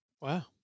Wow